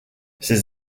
ses